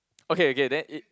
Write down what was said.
okay okay then it